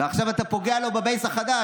ועכשיו אתה פוגע לו בבייס החדש,